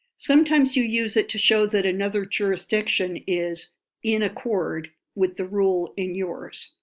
sometimes you use it to show that another jurisdiction is in accord with the rule in yours.